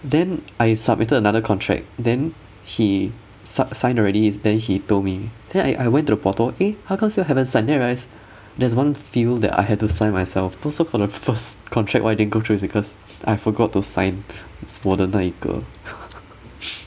then I submitted another contract then he sig~ signed already then he told me then I I went to the portal eh how come still haven't sign then I realised there's one field that I had to sign myself also for the first contract why it didn't go through was because I forgot to sign 我的那一个